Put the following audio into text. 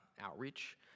outreach